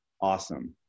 awesome